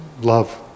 love